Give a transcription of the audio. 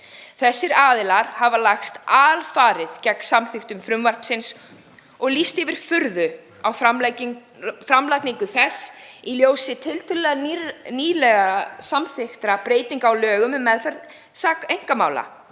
Þessir aðilar hafa lagst alfarið gegn samþykkt frumvarpsins og lýst yfir furðu á framlagningu þess í ljósi tiltölulega nýlega samþykktra breytinga á lögum um meðferð einkamála,